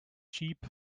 jeep